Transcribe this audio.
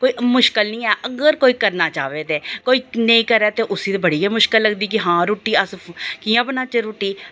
मुश्किल निं ऐ अगर कोई करना चाह् ते कोई नेईं करै ते उसी ते बडी गै मुश्कल लगदी कि हां कि रुट्टी अस कि'यां बनाचै रुट्टी